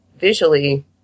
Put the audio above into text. visually